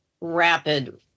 rapid